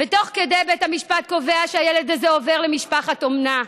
ותוך כדי בית המשפט קבע שהילד הזה עובר למשפחת אומנה.